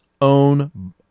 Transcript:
own